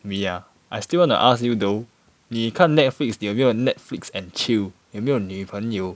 me ah I still want to ask you though 你看 netflix 你有没有 netflix and chill 有没有女朋友